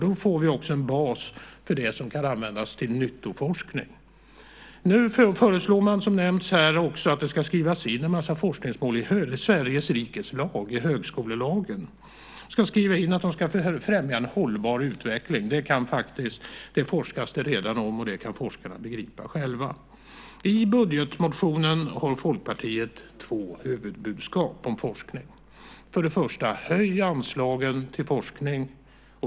Där får vi också en bas för det som kan användas till nyttoforskning. Nu föreslår man, som nämnts här, att det ska skrivas in en massa forskningspolicy i Sveriges rikes lag, i högskolelagen. Man ska skriva in att forskningen ska främja en hållbar utveckling. Det forskas det redan om, och det kan forskarna begripa själva. I budgetmotionen har Folkpartiet två huvudbudskap om forskning. För det första: Höj anslagen till forskning.